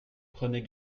prenez